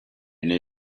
n’ai